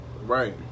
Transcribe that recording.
Right